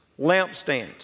lampstands